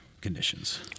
Conditions